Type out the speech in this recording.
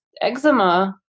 eczema